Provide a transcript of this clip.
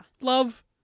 Love